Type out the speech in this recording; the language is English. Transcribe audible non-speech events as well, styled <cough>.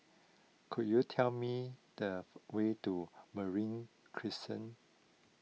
could you tell me the <noise> way to Marine Crescent